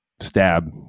stab